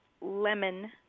lemon